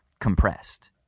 compressed